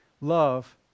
Love